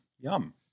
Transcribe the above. yum